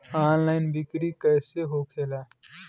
Online बिक्री कैसे होखेला?